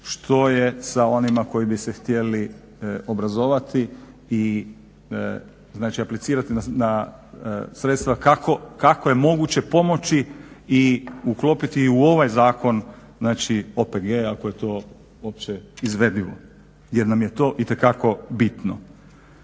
što je sa onima koji bi se htjeli obrazovati i znači aplicirati na sredstva, kako je moguće pomoći i uklopiti i u ovaj zakon znači OPG ako je to uopće izvedivo? Jer nam je to itekako bitno.